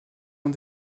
est